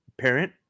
parent